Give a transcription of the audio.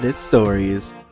stories